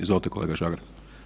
Izvolite kolega Žagar.